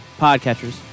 podcatchers